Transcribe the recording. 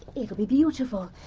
it'll be beautiful,